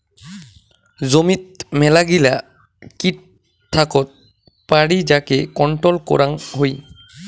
জমিত মেলাগিলা কিট থাকত পারি যাকে কন্ট্রোল করাং হই